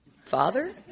father